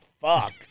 fuck